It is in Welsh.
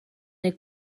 neu